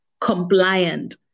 compliant